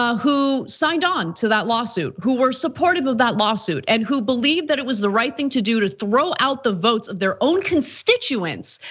ah who signed on to that lawsuit, who were supportive of that lawsuit and who believed that it was the right thing to do to throw out the votes of their own constituents.